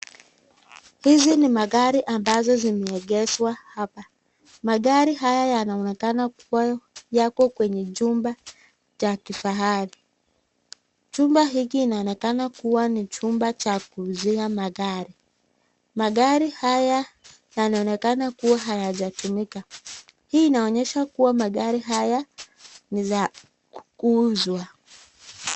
Hizi ni magari ambazo zimeegeshwa hapa. Magari haya yanaonekana kuwa yako kwenye jumba cha kifahari. Jumba hiki inaonekana kuwa ni chumba cha kuuzia magari. Magari haya yanaonekana kuwa hayajatumika. Hii inaonyesha kuwa magari haya ni za kuuzwa.